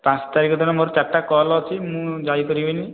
ପାଞ୍ଚ ତାରିଖ ଦିନ ମୋର ଚାରଟା କଲ୍ ଅଛି ମୁଁ ଯାଇପାରିବିନି